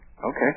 Okay